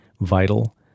vital